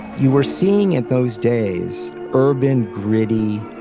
you were seeing in those days, urban, greedy,